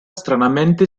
stranamente